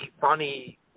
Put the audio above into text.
funny